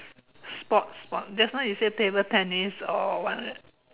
sports from just now you say table tennis or what is it